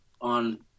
on